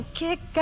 kick